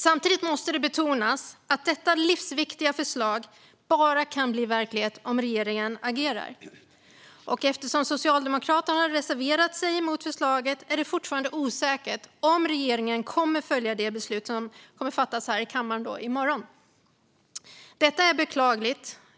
Samtidigt måste det betonas att detta livsviktiga förslag bara kan bli verklighet om regeringen agerar. Eftersom Socialdemokraterna har reserverat sig mot förslaget är det fortfarande osäkert om regeringen kommer att följa det beslut som kommer att fattas här i kammaren i morgon. Detta är beklagligt.